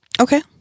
Okay